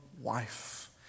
wife